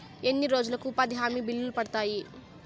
ఎన్ని రోజులకు ఉపాధి హామీ బిల్లులు పడతాయి?